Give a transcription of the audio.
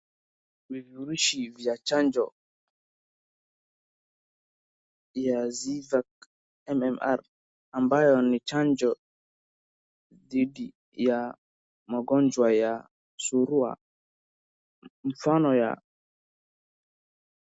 Vifurushi vya chanjo ya Zyvac MMR ambayo ni chanjo dhidi ya magonjwa ya surua, mfano ya ...